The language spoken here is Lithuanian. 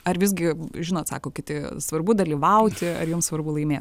ar visgi žinot sako kiti svarbu dalyvauti ar jums svarbu laimėt